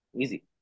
Easy